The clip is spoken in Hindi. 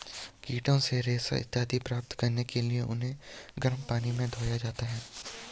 कीटों से रेशा इत्यादि प्राप्त करने के लिए उन्हें गर्म पानी में धोया जाता है